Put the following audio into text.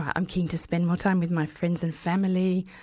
i'm keen to spend more time with my friends and family.